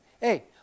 hey